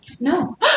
No